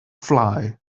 fly